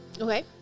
Okay